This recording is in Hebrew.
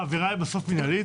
בסוף מנהלית?